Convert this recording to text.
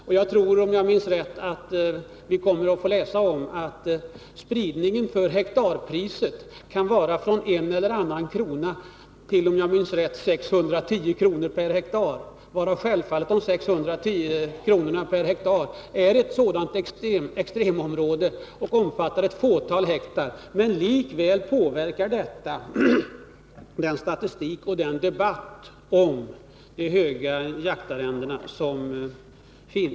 Om jag minns rätt kommer vi att få läsa att spridningen av hektarpriset kan vara från en eller annan krona till 610 kr. per hektar. Dessa 610 kr. gäller ett extremområde, som omfattar ett fåtal hektar. Men likväl påverkar detta statistiken och debatten om de höga jaktarrendena.